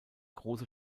große